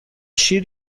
شیر